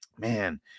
Man